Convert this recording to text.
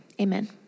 amen